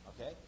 Okay